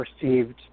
perceived